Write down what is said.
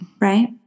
Right